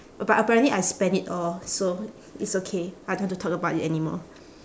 but apparently I spent it all so it's okay I don't want to talk about it anymore